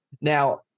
Now